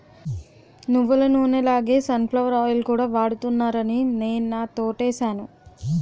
నువ్వులనూనె లాగే sunflower oil కూడా వాడుతున్నారాని నేనా తోటేసాను